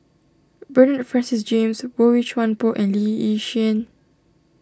Bernard Francis James Boey Chuan Poh and Lee Yi Shyan